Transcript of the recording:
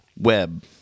web